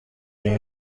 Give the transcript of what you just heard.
این